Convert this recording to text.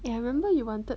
eh I remember you wanted